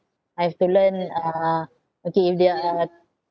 I've to learn uh okay if there are